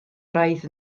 braidd